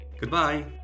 Goodbye